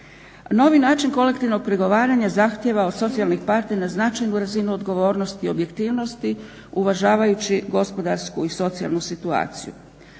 Novi način kolektivnog pregovaranja zahtjeva od socijalnih partnera značajnu razinu odgovornosti i objektivnosti uvažavajući gospodarsku i socijalnu situaciju.